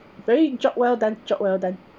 very job well done job well done